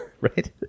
right